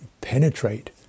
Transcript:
penetrate